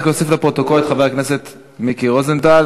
רק להוסיף לפרוטוקול את חבר הכנסת מיקי רוזנטל.